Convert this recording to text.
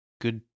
Good